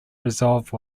resolve